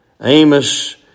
Amos